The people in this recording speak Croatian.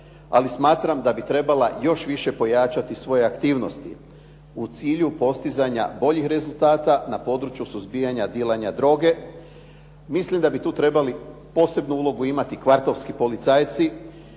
ali smatram da bi trebala još više pojačati svoje aktivnosti u cilju postizanja boljih rezultata na području suzbijanja dilanja droge mislim da bi tu trebali posebnu ulogu imati kvartovski policajci